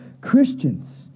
Christians